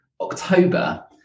October